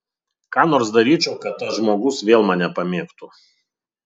ką nors daryčiau kad tas žmogus vėl mane pamėgtų